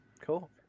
cool